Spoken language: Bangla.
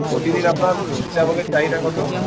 প্রতিদিন আপনার সীতাভোগের চাহিদা কত